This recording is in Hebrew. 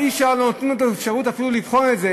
אבל לא נותנים לנו את האפשרות אפילו לבחון את זה,